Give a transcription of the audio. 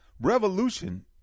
Revolution